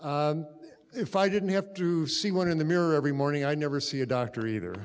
a if i didn't have through see one in the mirror every morning i never see a doctor either